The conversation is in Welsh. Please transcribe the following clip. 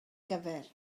gyfer